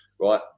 Right